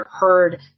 heard